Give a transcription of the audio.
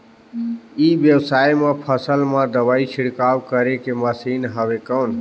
ई व्यवसाय म फसल मा दवाई छिड़काव करे के मशीन हवय कौन?